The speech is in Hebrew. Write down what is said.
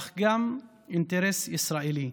אך גם אינטרס ישראלי.